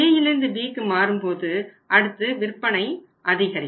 Aயிலிருந்து Bக்கு மாறும்போது அடுத்து விற்பனை அதிகரிக்கும்